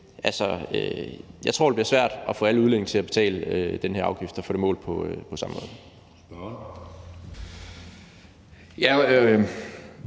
jeg, det bliver svært at få alle udlændinge til at betale den her afgift og få det målt på samme måde.